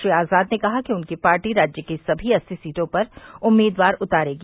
श्री आज़ाद ने कहा कि उनकी पार्टी राज्य की सभी अस्सी सीटों पर उम्मीदवार उतारेगी